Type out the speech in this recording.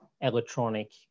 electronic